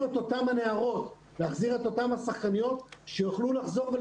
את אותן הנערות ואת אותן השחקניות להתאמן.